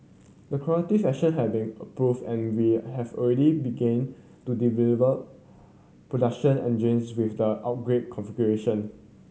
the corrective action have been approved and we have already begin to deliver production engines with the upgraded configuration